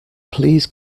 please